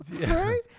Right